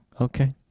Okay